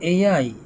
ᱮᱭᱟᱭ